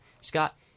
Scott